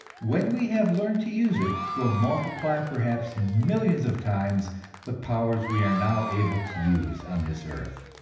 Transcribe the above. when we have learned to use it, will multiply perhaps millions of times the powers we are now able to use on this earth.